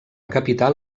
capital